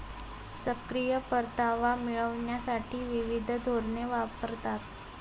सक्रिय परतावा मिळविण्यासाठी विविध धोरणे वापरतात